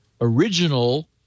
original